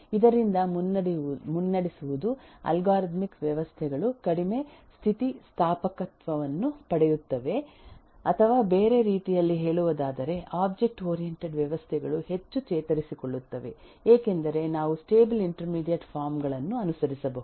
ಇದರಿಂದ ಮುನ್ನಡೆಸುವುದು ಅಲ್ಗಾರಿದಮಿಕ್ ವ್ಯವಸ್ಥೆಗಳು ಕಡಿಮೆ ಸ್ಥಿತಿಸ್ಥಾಪಕತ್ವವನ್ನು ಪಡೆಯುತ್ತವೆ ಅಥವಾ ಬೇರೆ ರೀತಿಯಲ್ಲಿ ಹೇಳುವುದಾದರೆ ಒಬ್ಜೆಕ್ಟ್ ಓರಿಯಂಟೆಡ್ ವ್ಯವಸ್ಥೆಗಳು ಹೆಚ್ಚು ಚೇತರಿಸಿಕೊಳ್ಳುತ್ತವೆ ಏಕೆಂದರೆ ನಾವು ಸ್ಟೇಬಲ್ ಇಂಟರ್ಮೀಡಿಯೇಟ್ ಫಾರಂ ಗಳನ್ನು ಅನುಸರಿಸಬಹುದು